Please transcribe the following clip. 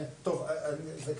המועצה.